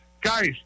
Guys